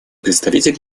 представитель